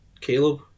Caleb